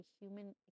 human